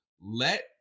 let